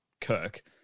Kirk